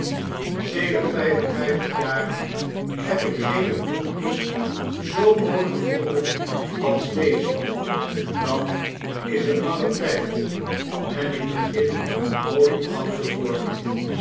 en vijftig jaren heb ik geene bloempjes zoo mooi gevonden als deze dat is een lange tijd en ik begin mooi oud te worden